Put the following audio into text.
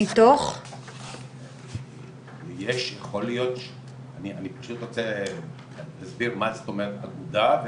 אני פשוט רוצה להסביר מה זאת אומרת אגודה.